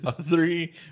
Three